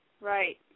Right